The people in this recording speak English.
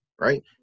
right